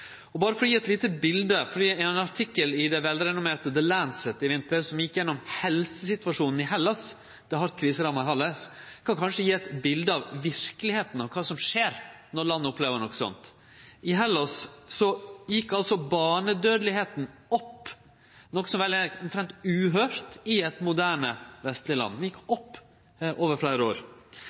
Berre for å gje eit lite bilete – ein artikkel i det velrenommerte The Lancet i vinter som gjekk gjennom helsesituasjonen i Hellas, det hardt kriseramma Hellas, kan kanskje gje eit bilete av verkelegheita av kva som skjer når land opplever noko sånt. I Hellas gjekk barnedødelegheita opp, noko som vel er omtrent uhøyrt i eit moderne vestleg land. Ho gjekk opp over fleire år.